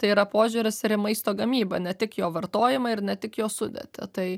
tai yra požiūris ir į maisto gamybą ne tik jo vartojimą ir ne tik jo sudėtį tai